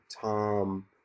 Tom